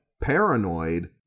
paranoid